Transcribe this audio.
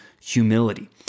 humility